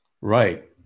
Right